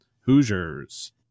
Hoosiers